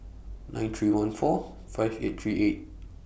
nine three one four five eight three eight